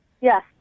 Yes